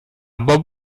bob